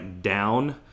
down